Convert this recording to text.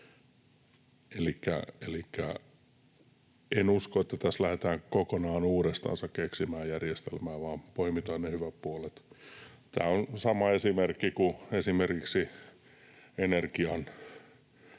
en usko, että tässä lähdetään kokonaan uudestansa keksimään järjestelmää, vaan poimitaan ne hyvät puolet. Tämä on sama esimerkki kuin esimerkiksi lämmitysenergian